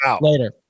Later